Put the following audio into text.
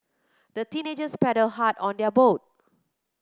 the teenagers paddled hard on their boat